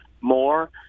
more